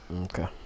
Okay